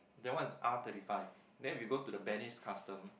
the one is R thirty five then we go to the Benny's custom